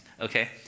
okay